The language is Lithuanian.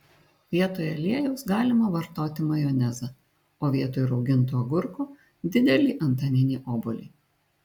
vietoj aliejaus galima vartoti majonezą o vietoj rauginto agurko didelį antaninį obuolį